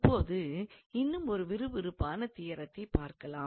இப்பொழுது இன்னும் ஒரு விறுவிறுப்பான தியரத்தைப் பார்க்கலாம்